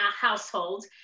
household